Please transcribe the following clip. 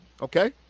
Okay